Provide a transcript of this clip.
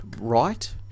right